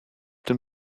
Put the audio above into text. den